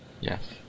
Yes